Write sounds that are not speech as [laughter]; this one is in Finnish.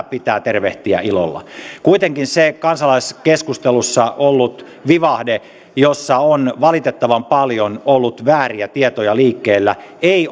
[unintelligible] pitää tervehtiä ilolla kuitenkin se kansalaiskeskustelussa ollut vivahde jossa on valitettavan paljon ollut vääriä tietoja liikkeellä ei [unintelligible]